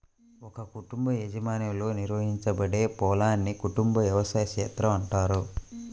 ఒక కుటుంబ యాజమాన్యంలో నిర్వహించబడే పొలాన్ని కుటుంబ వ్యవసాయ క్షేత్రం అంటారు